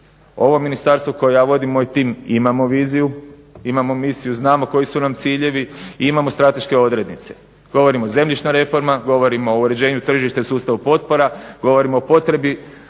Ovo ministarstvo koje ja vodim moj tim imamo viziju, imamo misiju, znamo koji su nam ciljevi i imamo strateške odrednice. Govorimo o zemljišna reforma, govorimo o uređenju tržišta i sustavu potpora, govorimo o potrebi